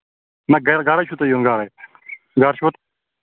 نہَ گرٕ گرے چھُس بہٕ یِوان آ گرٕ چھُوا